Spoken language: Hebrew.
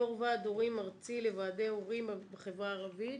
יו"ר ועד הורים ארצי לוועדי הורים בחברה הערבית,